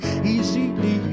easily